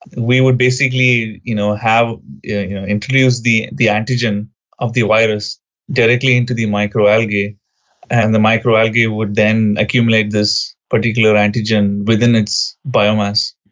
we would basically you know you know introduce the the antigen of the virus directly into the microalgae and the microalgae would then accumulate this particular antigen within its biomass.